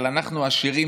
אבל אנחנו עשירים,